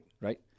right